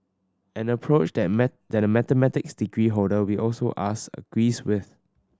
an approach that a that a mathematics degree holder we also asked agrees with